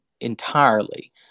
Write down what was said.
entirely